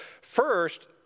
First